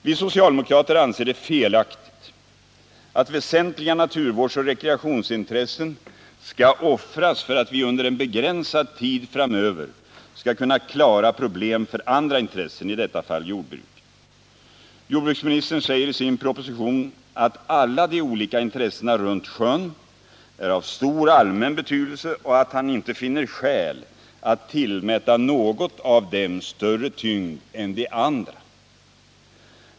Vi socialdemokrater anser det felaktigt att väsentliga naturvårdsoch rekreationsintressen skall offras för att vi under en begränsad tid framöver skall kunna klara problem för andra intressen, i detta fall jordbruket. Jordbruksministern säger i sin proposition att alla de olika intressena runt sjön är av stor allmän betydelse och att han inte finner skäl att tillmäta något av dem större tyngd än de andra.